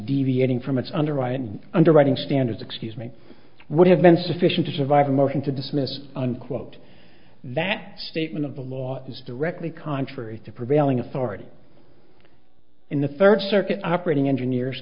deviating from its underwriting underwriting standards excuse me would have been sufficient to survive a motion to dismiss unquote that statement of the law is directly contrary to prevailing authority in the third circuit operating engineers